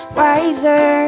wiser